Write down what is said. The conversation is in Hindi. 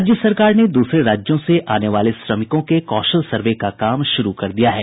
राज्य सरकार ने दूसरे राज्यों से आने वाले श्रमिकों के कौशल सर्वे का काम शुरू कर दिया है